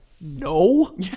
no